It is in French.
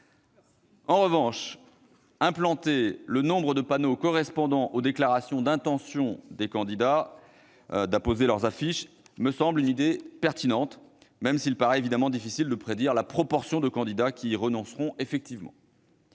En revanche, implanter le nombre de panneaux correspondant aux déclarations d'intention des candidats d'apposer leurs affiches électorales me semble une idée pertinente, même s'il paraît difficile de prédire la proportion de candidats qui y renonceront effectivement.